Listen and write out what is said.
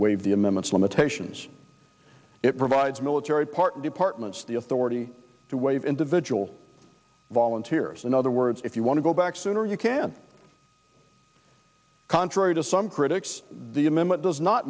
waive the amendments limitations it provides military part departments the authority to waive individual volunteers in other words if you want to go back sooner you can contrary to some critics the amendment does not